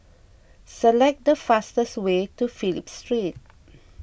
select the fastest way to Phillip Street